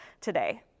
today